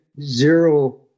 zero